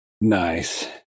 Nice